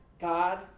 God